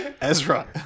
Ezra